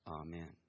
Amen